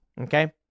Okay